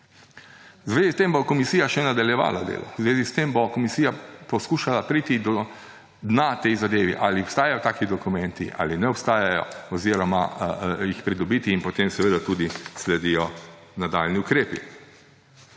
zvezi s tem bo komisija še nadaljevala delo. V zvezi s tem bo komisija poskušala priti do dna tej zadevi, ali obstajajo taki dokumenti ali ne obstajajo, oziroma jih pridobiti. In potem seveda tudi sledijo nadaljnji ukrepi.